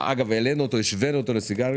-- לכן אמרתי להעלות את המס על החד פעמי.